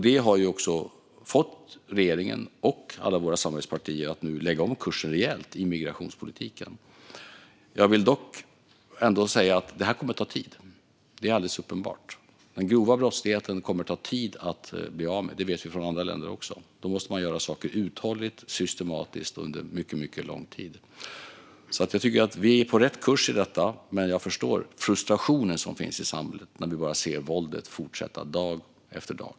Det har fått regeringen och alla våra samarbetspartier att nu lägga om kursen rejält i migrationspolitiken. Jag vill dock ändå säga att det kommer att ta tid. Det är alldeles uppenbart. Den grova brottsligheten kommer ta tid att bli av med. Det vet vi också från andra länder. Då måste man göra saker uthålligt och systematiskt under mycket lång tid. Vi är på rätt kurs i detta. Men jag förstår frustrationen som finns i samhället när vi ser våldet fortsätta dag efter dag.